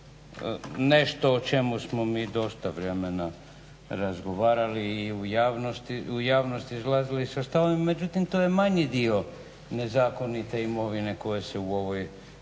nešto o čemu smo mi dosta vremena razgovarali i u javnosti izlazi sa stavovima, međutim to je manji dio nezakonite imovine koja se u ovoj